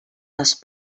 les